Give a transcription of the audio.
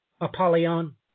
Apollyon